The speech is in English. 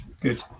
good